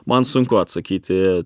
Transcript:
man sunku atsakyti